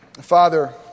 Father